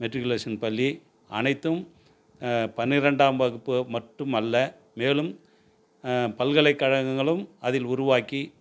matriculation பள்ளி அனைத்தும் பன்னிரெண்டாம் வகுப்பு மட்டும் அல்ல மேலும் பல்கலைக்கழகங்களும் அதில் உருவாக்கி